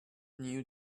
new